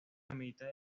mitad